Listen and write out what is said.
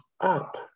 up